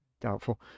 Doubtful